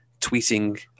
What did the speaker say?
tweeting